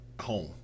home